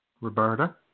Roberta